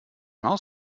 maus